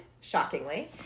shockingly